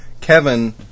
Kevin